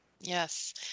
Yes